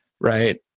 right